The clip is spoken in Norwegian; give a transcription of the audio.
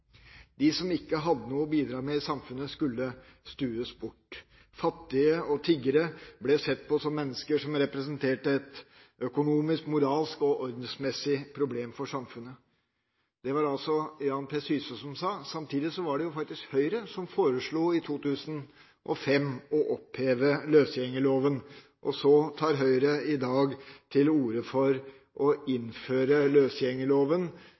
De som ikke hadde noe å bidra med i samfunnet, skulle stues bort. Fattige og tiggere ble sett på som mennesker som representerte et økonomisk, moralsk og ordensmessig problem for samfunnet. Det var det altså Jan P. Syse som sa. Samtidig var det faktisk Høyre som i 2005 foreslo å oppheve løsgjengerloven. Så tar Høyre i dag til orde for å innføre løsgjengerloven